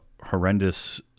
horrendous